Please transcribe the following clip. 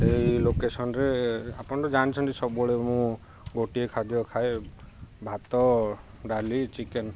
ଏଇ ଲୋକେସନରେ ଆପଣ ତ ଜାଣିନ୍ତି ସବୁବେଳେ ମୁଁ ଗୋଟିଏ ଖାଦ୍ୟ ଖାଏ ଭାତ ଡାଲି ଚିକେନ